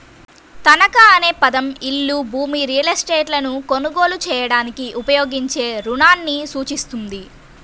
తనఖా అనే పదం ఇల్లు, భూమి, రియల్ ఎస్టేట్లను కొనుగోలు చేయడానికి ఉపయోగించే రుణాన్ని సూచిస్తుంది